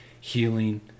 healing